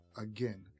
again